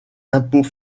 impôts